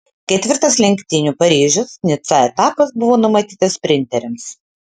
ketvirtas lenktynių paryžius nica etapas buvo numatytas sprinteriams